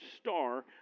star